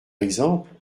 exemple